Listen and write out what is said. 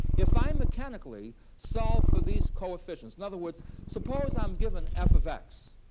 if i mechanically solve for these coefficients in other words, suppose i'm given f of x.